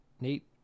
Nate